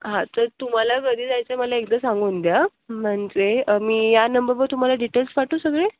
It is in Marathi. हां तर तुम्हाला कधी जायचं आहे मला एकदा सांगून द्या म्हणजे मी या नंबरवर तुम्हाला डिटेल्स पाठवू सगळे